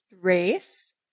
race